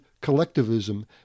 collectivism